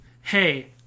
Hey